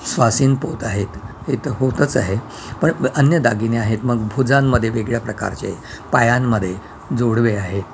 सुवासिनी पोत आहेत हे तर होतच आहे पण अन्य दागिने आहेत मग भुजांमध्ये वेगळ्या प्रकारचे पायांमध्ये जोडवे आहेत